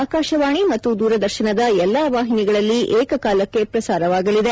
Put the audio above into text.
ಆಕಾಶವಾಣಿ ಮತ್ತು ದೂರದರ್ಶನದ ಎಲ್ಲಾ ವಾಹಿನಿಗಳಲ್ಲಿ ಏಕ ಕಾಲಕ್ಕೆ ಪ್ರಸಾರವಾಗಲಿದೆ